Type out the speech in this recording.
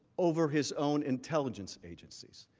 over his own intelligence agencies,